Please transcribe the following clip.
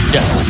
Yes